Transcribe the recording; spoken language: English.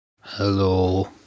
Hello